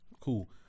Cool